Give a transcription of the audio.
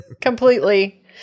Completely